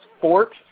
Fort